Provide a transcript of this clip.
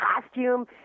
costume